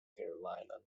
carolina